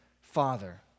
Father